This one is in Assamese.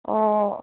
অঁ